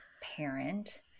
parent